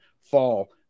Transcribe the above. fall